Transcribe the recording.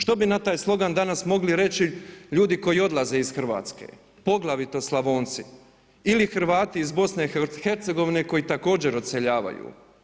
Što bi na taj slogan danas mogli reći ljudi koji odlaze iz Hrvatske, poglavito Slavonci ili Hrvati iz BiH koji također odseljavaju.